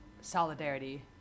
solidarity